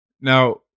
Now